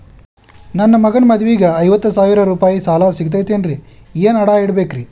ನನ್ನ ಮಗನ ಮದುವಿಗೆ ಐವತ್ತು ಸಾವಿರ ರೂಪಾಯಿ ಸಾಲ ಸಿಗತೈತೇನ್ರೇ ಏನ್ ಅಡ ಇಡಬೇಕ್ರಿ?